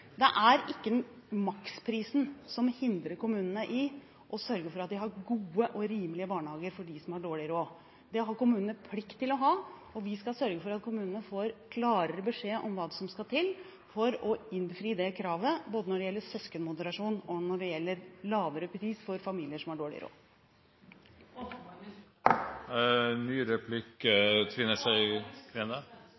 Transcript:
Det er ikke maksprisen som hindrer kommunene i å sørge for at de har gode og rimelige barnehager for dem som har dårlig råd. Det har kommunene plikt til å ha. Vi skal sørge for at kommunene får klarere beskjed om hva som skal til for å innfri det kravet, både når det gjelder søskenmoderasjon, og når det gjelder lavere pris for familier som har dårlig råd. Åpenbar misforståelse! Representanten Trine Skei Grande – til ny replikk.